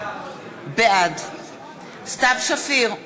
בעד סתיו שפיר,